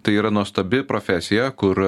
tai yra nuostabi profesija kur